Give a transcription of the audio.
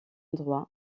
droit